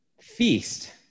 Feast